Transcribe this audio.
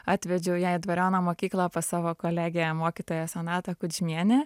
atvedžiau jai dvariono mokyklą pas savo kolegę mokytoją sonatą kudžmienę